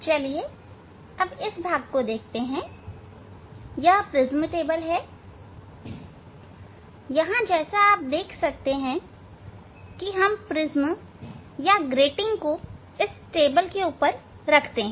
और यह भाग प्रिज्म टेबल है यहां जैसा आप देख सकते हैं कि हम प्रिज्म या ग्रेटिंग को इस टेबल पर रखते हैं